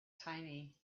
tiny